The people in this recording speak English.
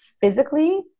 physically